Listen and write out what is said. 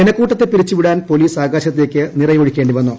ജനക്കൂട്ടത്തെ പിരിച്ചുവിടാൻ പോലീസിന് ആകാശത്തേയ്ക്ക് നിറയൊഴിക്കേ ി വന്നു